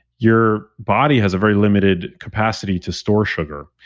your body has a very limited capacity to store sugar.